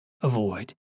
avoid